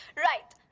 right.